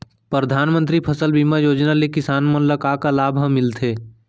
परधानमंतरी फसल बीमा योजना ले किसान मन ला का का लाभ ह मिलथे?